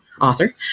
author